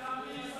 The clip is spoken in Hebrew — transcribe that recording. תאמין לי,